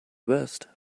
best